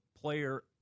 player